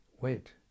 Wait